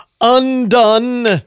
Undone